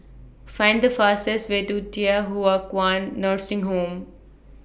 Find The fastest Way to Thye Hua Kwan Nursing Home